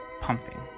pumping